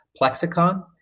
Plexicon